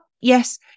yes